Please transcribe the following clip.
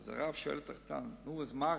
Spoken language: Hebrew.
אז הרב שואל את החתן: נו, אז מה רע?